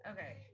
Okay